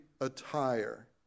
attire